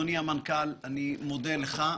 אדוני המנכ"ל, אני מודה לך.